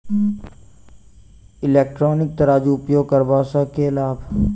Electronic तराजू उपयोग करबा सऽ केँ लाभ?